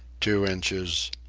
two inches.